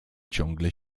ciągle